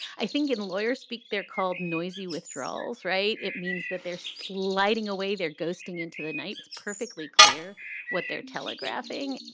i think in lawyer speak, they're called noisey withdrawals, right? it means that they're sliding away. they're ghosting into the night. perfectly clear what they're telegraphing.